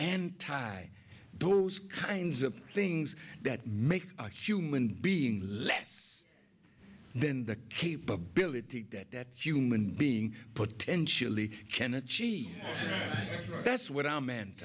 and tie those kinds of things that make a human being less then the capability that human being potentially can achieve if that's what i meant